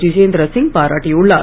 ஜிதேந்திர சிங் பாராட்டியுள்ளார்